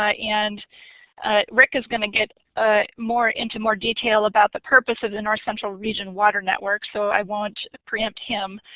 ah and rick is gonna get ah more into more detail about the purpose of the north central region water network so i won't pre-empt him,